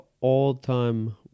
all-time